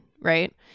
right